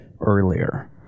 earlier